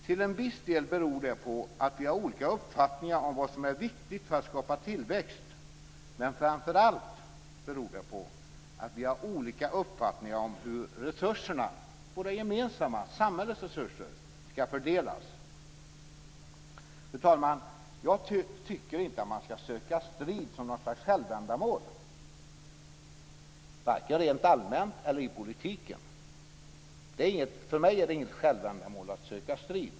Till en viss del beror det på att vi har olika uppfattningar om vad som är viktigt för att skapa tillväxt, men framför allt beror det på att vi har olika uppfattningar om hur resurserna - våra gemensamma resurser, samhällets resurser - ska fördelas. Fru talman! Jag tycker inte att man ska söka strid som något slags självändamål, varken rent allmänt eller i politiken. För mig är det inget självändamål att söka strid.